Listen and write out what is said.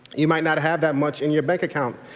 you might not have that much in your bank account,